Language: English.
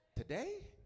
Today